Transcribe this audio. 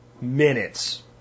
minutes